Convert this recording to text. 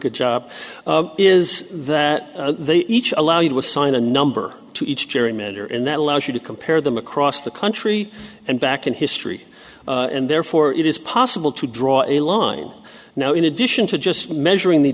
good job is that they each allow you to assign a number to each gerrymander and that allows you to compare them across the country and back in history and therefore it is possible to draw a line now in addition to just measuring the